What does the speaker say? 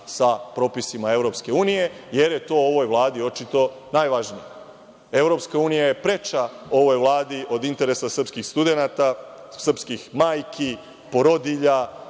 sa propisima EU, jer je to ovoj Vladi očito najvažnije. Evropska unija je preča ovoj Vladi od interesa srpskih studenata, srpskih majki, porodilja,